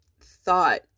thought